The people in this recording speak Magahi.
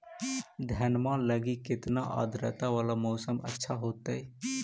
धनमा लगी केतना आद्रता वाला मौसम अच्छा होतई?